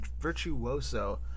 virtuoso